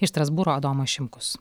iš strasbūro adomas šimkus